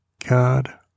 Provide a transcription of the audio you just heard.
God